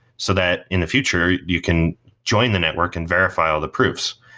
so that in the future you can join the network and verify all the proofs.